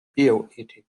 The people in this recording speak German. bioethik